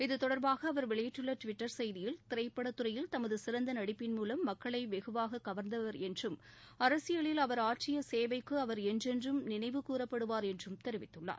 இத்தொடர்பாக அவர் வெளியிட்டுள்ள டிவிட்டர் செய்தியில் திரைப்படத்துறையில் தனது சிறந்த நடிப்பின் மூலம் மக்களை வெகுவாக கவர்ந்தவர் என்றும் அரசியலில் அவர் ஆற்றிய சேவைக்கு அவர் என்றென்றும் நினைவுகூறப்படுவார் என்று தெரிவித்துள்ளார்